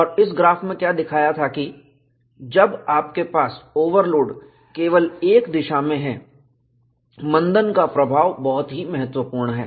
और इस ग्राफ में क्या दिखाया था कि जब आपके पास ओवरलोड केवल एक दिशा में है मंदन का प्रभाव बहुत ही महत्वपूर्ण है